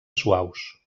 suaus